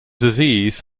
disease